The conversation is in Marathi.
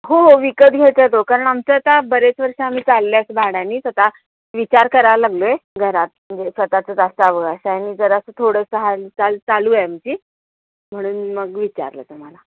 हो हो विकत घ्यायचा तो कारण आमचं आता बरेच वर्ष आम्ही चालले असं भाड्याने स्वतः विचार करायला लागलो आहे घरात म्हणजे स्वतःचंच असावं असं आणि जरासं थोडंसं हालचाल चालू आहे आमची म्हणून मग विचारलं तुम्हाला